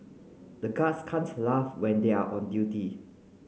the guards can't laugh when they are on duty